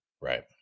Right